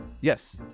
Yes